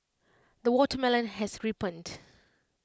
the watermelon has ripened